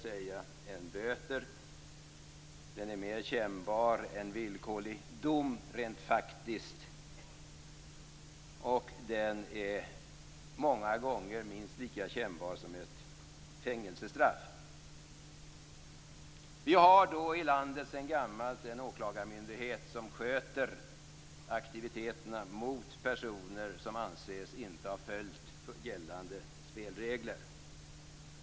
Den är faktiskt mer kännbar än villkorlig dom, och den är många gånger minst lika kännbar som fängelsestraff. Sedan gammalt har vi här i landet en åklagarmyndighet som sköter aktiviteterna mot personer som anses inte ha följt gällande spelregler.